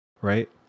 right